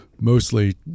mostly